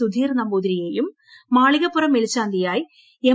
സുധീർ നമ്പൂതിരി യെയും മാളികപ്പുറം മേൽശാന്തിയായി എം